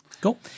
Cool